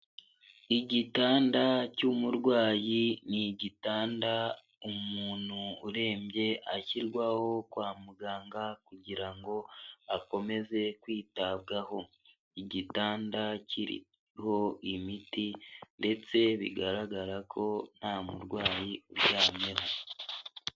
Igitanda cy'umurwayi. Ni gitanda umuntu urembye ashyirwaho kwa muganga kugira ngo akomeze kwitabwaho, igitanda kiriho imiti ndetse bigaragara ko nta murwayi uryameho.